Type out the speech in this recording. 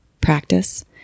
practice